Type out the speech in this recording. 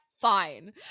fine